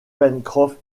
pencroff